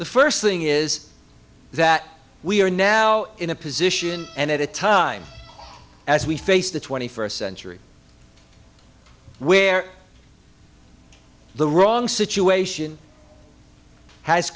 the first thing is that we are now in a position and at a time as we face the twenty first century where the wrong situation has